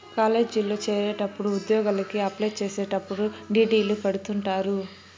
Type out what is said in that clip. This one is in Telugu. కాలేజీల్లో చేరేటప్పుడు ఉద్యోగలకి అప్లై చేసేటప్పుడు డీ.డీ.లు కడుతుంటారు